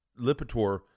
Lipitor